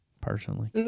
Personally